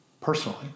personally